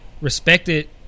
Respected